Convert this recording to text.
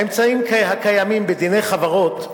האמצעים הקיימים בדיני חברות,